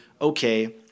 okay